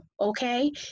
okay